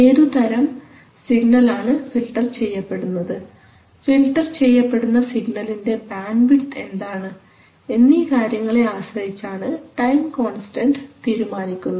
ഏതുതരം സിഗ്നൽ ആണ് ഫിൽറ്റർ ചെയ്യപ്പെടുന്നത് ഫിൽറ്റർ ചെയ്യപ്പെടുന്ന സിഗ്നൽൻറെ ബാൻഡ് വിഡ്ത്ത് എന്താണ് എന്നീ കാര്യങ്ങളെ ആശ്രയിച്ചാണ് ടൈം കോൺസ്റ്റന്റ് തീരുമാനിക്കുന്നത്